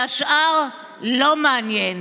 והשאר לא מעניין.